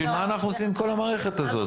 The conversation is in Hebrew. בשביל מה אנחנו עושים את כל המערכת הזאת?